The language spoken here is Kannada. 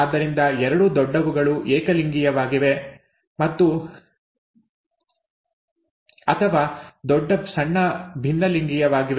ಆದ್ದರಿಂದ ಎರಡೂ ದೊಡ್ಡವುಗಳು ಏಕಲಿಂಗೀಯವಾಗಿವೆ ಅಥವಾ ದೊಡ್ಡ ಸಣ್ಣ ಭಿನ್ನಲಿಂಗೀಯವಾಗಿವೆ